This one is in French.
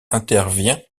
intervient